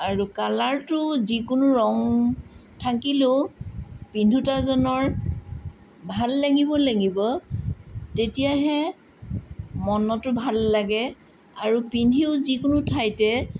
আৰু কালাৰটো যিকোনো ৰং থাকিলেও পিন্ধোতাজনৰ ভাল লাগিব লাগিব তেতিয়াহে মনতো ভাল লাগে আৰু পিন্ধিও যিকোনো ঠাইতে